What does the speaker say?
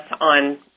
on